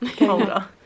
older